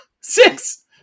Six